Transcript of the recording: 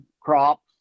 crops